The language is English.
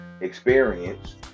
experience